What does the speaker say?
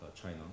China